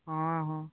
ହଁ ହଁ